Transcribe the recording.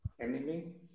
enemy